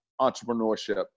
entrepreneurship